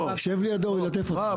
הם חייבים לאפשר להם לסגת מהמכרז,